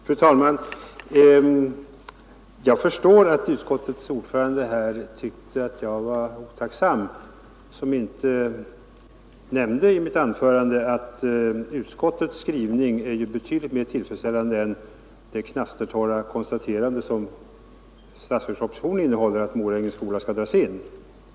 Fru talman! Jag förstår att utskottets ordförande tyckte att jag var otacksam som i mitt anförande inte nämnde att utskottets skrivning är betydligt mera tillfredsställande än det knastertorra konstaterandet i statsverkspropositionen att Morängens yrkesskola skall dras in.